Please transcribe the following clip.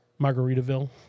Margaritaville